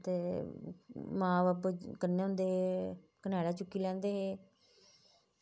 ते मां बब्ब कन्नै पौंदे हे कन्हैड़े चुक्की लैंदे हे